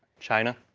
china.